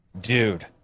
dude